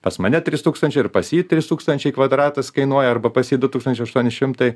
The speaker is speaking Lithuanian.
pas mane trys tūkstančiai ir pas jį trys tūkstančiai kvadratas kainuoja arba pas jį du tūkstančiai aštuoni šimtai